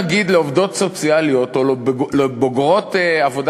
שנגיד לעובדות סוציאליות או לבוגרות עבודה